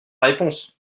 réponse